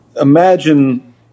imagine